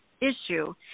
issue